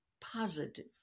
positive